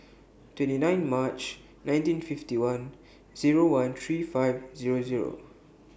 twenty nine March nineteen fifty one Zero one thirty five Zero Zero